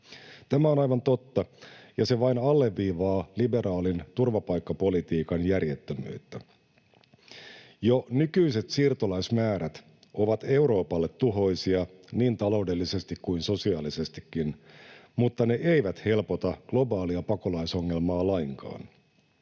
Tämä on aivan totta, ja se vain alleviivaa liberaalin turvapaikkapolitiikan järjettömyyttä. Jo nykyiset siirtolaismäärät ovat Euroopalle tuhoisia niin taloudellisesti kuin sosiaalisestikin, mutta ne eivät helpota globaalia pakolaisongelmaa lainkaan.